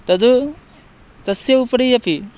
तद् तस्य उपरि अपि